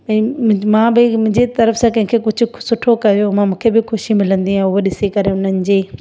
मां बि मुंहिंजी तरफ़ सां कंहिंखे कुझु सुठो कयो मां मूंखे बि ख़ुशी मिलंदी आहे उहो ॾिसी करे हुननि जी